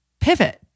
pivot